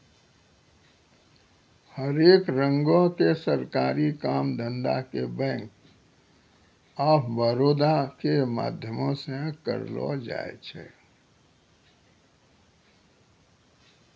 हरेक रंगो के सरकारी काम धंधा के बैंक आफ बड़ौदा के माध्यमो से करलो जाय छै